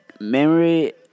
Memory